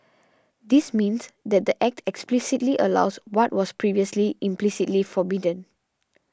this means that the Act explicitly allows what was previously implicitly forbidden